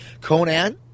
Conan